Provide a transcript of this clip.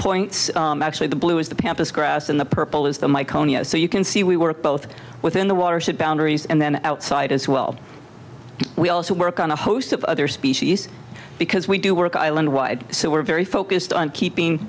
points actually the blue is the pampas grass and the purple is the my county oh so you can see we were both within the watershed boundaries and then outside as well we also work on a host of other species because we do work island wide so we're very focused on keeping